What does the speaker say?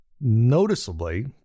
noticeably